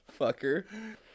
fucker